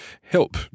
help